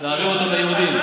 להעביר אותו ליהודים.